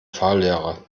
fahrlehrer